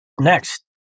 Next